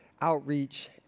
outreach